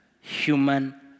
human